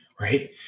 right